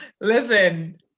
Listen